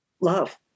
love